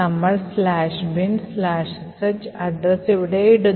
നമ്മൾ "binsh" address ഇവിടെ ഇടുന്നു